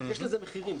יש לזה מחירים,